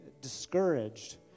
discouraged